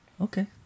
Okay